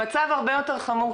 המצב הרבה יותר חמור,